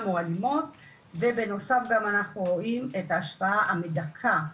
או אלימות ובנוסף גם אנחנו רואים את ההשפעה המדכא.